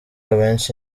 abenshi